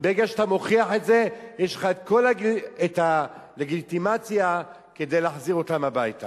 וברגע שאתה מוכיח את זה יש לך כל הלגיטימציה להחזיר אותם הביתה.